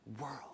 world